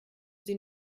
sie